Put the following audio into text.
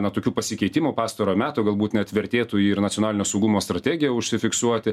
na tokių pasikeitimų pastarojo meto galbūt net vertėtų jį ir nacionalinio saugumo strategija užsifiksuoti